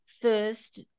first